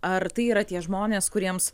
ar tai yra tie žmonės kuriems